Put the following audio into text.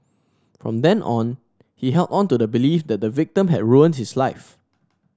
from then on he held on to the belief that the victim had ruined his life